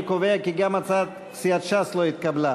אני קובע כי גם הצעת סיעת ש"ס לא התקבלה.